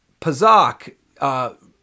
Pazak